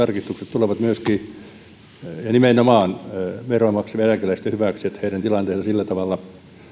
tulevat nimenomaan veroja maksavien eläkeläisten hyväksi niin että heidän tilanteensa sillä tavalla